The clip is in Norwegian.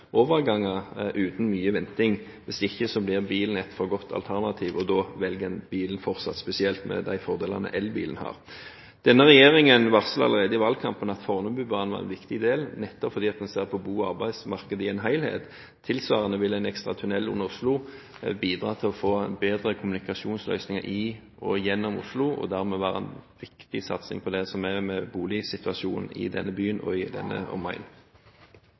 overganger uten mye venting. Hvis ikke blir bilen et for godt alternativ, og da velger en bilen fortsatt, spesielt med de fordelene elbilen har. Denne regjeringen varslet allerede i valgkampen at Fornebubanen var en viktig del, nettopp fordi en ser på bo- og arbeidsmarkedet i en helhet. Tilsvarende vil en ekstra tunnel under Oslo bidra til å få bedre kommunikasjonsløsninger i og gjennom Oslo, og dermed være en viktig satsing på det som har med boligsituasjonen i denne byen og i omegnen. På FNs dag for barn vil jeg gjerne spørre utenriksministeren om